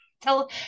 tell